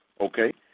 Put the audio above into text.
Okay